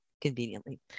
Conveniently